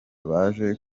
baje